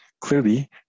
clearly